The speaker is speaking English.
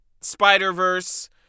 Spider-Verse